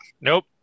Nope